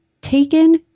taken